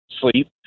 sleep